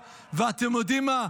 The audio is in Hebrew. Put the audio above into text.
ואתם יודעים מה?